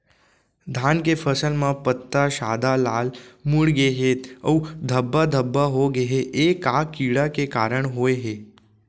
धान के फसल म पत्ता सादा, लाल, मुड़ गे हे अऊ धब्बा धब्बा होगे हे, ए का कीड़ा के कारण होय हे?